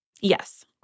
Yes